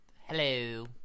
Hello